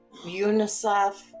UNICEF